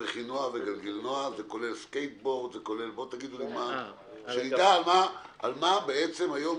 רכינוע וגלגילנוע - שנדע על מה היום